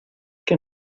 qué